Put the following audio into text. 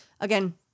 again